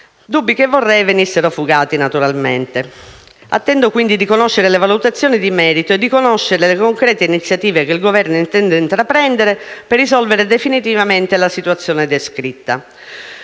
naturalmente vorrei venissero fugati. Attendo, quindi, di conoscere le valutazioni di merito, e di conoscere le concrete iniziative che il Governo intende intraprendere per risolvere definitivamente la situazione descritta.